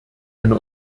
eine